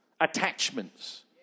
attachments